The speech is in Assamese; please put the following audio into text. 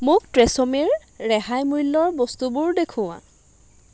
মোক ট্ৰেছ'মেৰ ৰেহাই মূল্যৰ বস্তুবোৰ দেখুওৱা